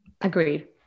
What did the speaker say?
Agreed